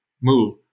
move